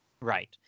Right